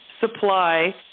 supply